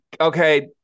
Okay